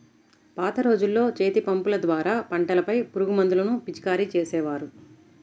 పాత రోజుల్లో చేతిపంపుల ద్వారా పంటలపై పురుగుమందులను పిచికారీ చేసేవారు